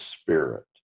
spirit